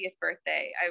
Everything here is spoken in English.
birthday